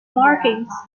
markings